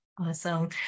Awesome